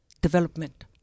development